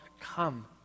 Come